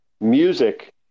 music